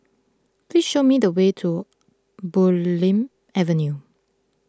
please show me the way to Bulim Avenue